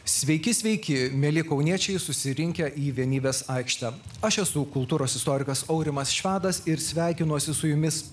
sveiki sveiki mieli kauniečiai susirinkę į vienybės aikštę aš esu kultūros istorikas aurimas švedas ir sveikinuosi su jumis